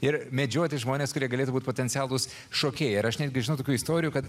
ir medžioti žmones kurie galėtų būti potencialūs šokėjai ir aš netgi žinau tokių istorijų kad